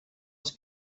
els